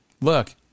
look